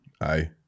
aye